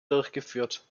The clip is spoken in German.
durchgeführt